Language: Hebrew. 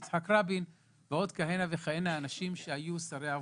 יצחק רבין ועוד כהנה וכהנה אנשים שהיו שרי עבודה.